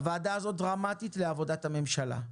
הוועדה הזאת דרמטית לעבודת הממשלה.